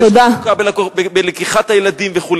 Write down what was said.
שיש חלוקה בלקיחת הילדים וכו',